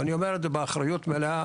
ואני אומר את זה באחריות מלאה,